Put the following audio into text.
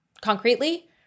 concretely